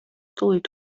tūlīt